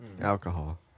Alcohol